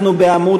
אנחנו בעמוד